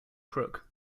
crook